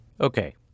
Okay